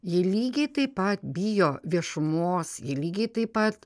jie lygiai taip pat bijo viešumos jie lygiai taip pat